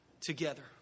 Together